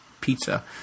Pizza